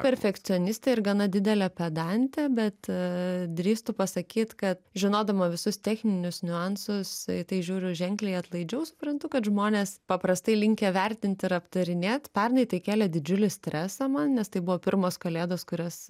perfekcionistė ir gana didelė pedantė bet drįstu pasakyt kad žinodama visus techninius niuansus į tai žiūriu ženkliai atlaidžiau suprantu kad žmonės paprastai linkę vertint ir aptarinėt pernai tai kėlė didžiulį stresą man nes tai buvo pirmos kalėdos kurias